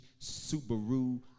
Subaru